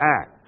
act